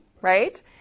right